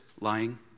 Lying